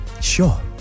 Sure